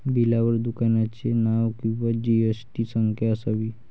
बिलावर दुकानाचे नाव किंवा जी.एस.टी संख्या असावी